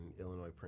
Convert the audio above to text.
Illinois